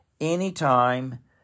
anytime